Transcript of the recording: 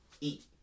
Eat